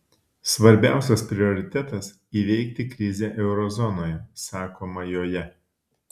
svarbiausias prioritetas įveikti krizę euro zonoje sakoma joje